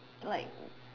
like